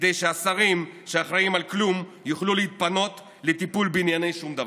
כדי שהשרים שאחראים לכלום יוכלו להתפנות לטיפול בענייני שום דבר.